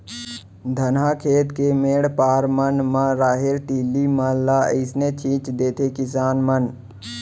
धनहा खेत के मेढ़ पार मन म राहेर, तिली मन ल अइसने छीन देथे किसान मन